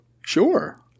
sure